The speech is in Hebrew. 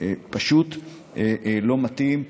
פשוט לא מתאים.